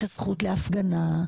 את הזכות להפגנה,